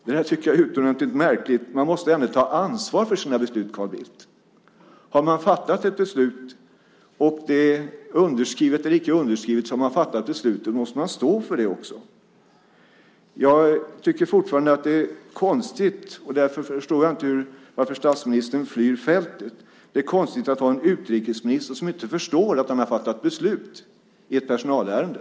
Det tycker jag är utomordentligt märkligt. Man måste ändå ta ansvar för sina beslut, Carl Bildt! Har man fattat ett beslut, underskrivet eller icke underskrivet, så har man fattat ett beslut. Då måste man stå för det. Jag tycker fortfarande att det är konstigt - därför förstår jag inte varför statsministern flyr fältet - att ha en utrikesminister som inte förstår att han har fattat beslut i ett personalärende.